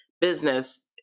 business